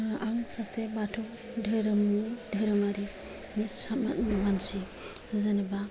आं सासे बाथौ धोरोमनि धोरोमारिनि मानसि जेनेबा